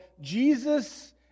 Jesus